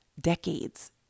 decades